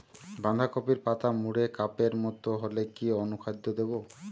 বাঁধাকপির পাতা মুড়ে কাপের মতো হলে কি অনুখাদ্য দেবো?